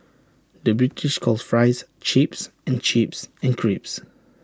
the British calls Fries Chips and chips and crisps